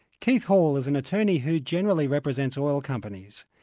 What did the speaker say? keith hall is an attorney who generally represents oil companies.